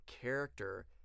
character